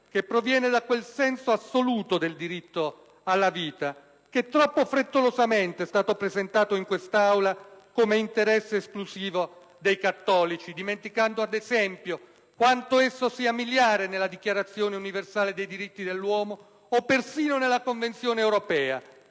che proviene da quel senso assoluto del diritto alla vita, che troppo frettolosamente è stato presentato in quest'Aula come interesse esclusivo dei cattolici, dimenticando ad esempio quanto esso sia miliare nella Dichiarazione universale dei diritti dell'uomo o persino nella Convenzione europea